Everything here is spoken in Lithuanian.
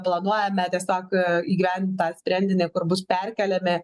planuojame tiesiog įgyvendint tą sprendinį kur bus perkeliami